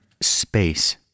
space